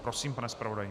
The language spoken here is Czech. Prosím, pane zpravodaji.